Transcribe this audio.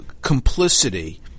complicity